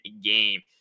game